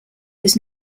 his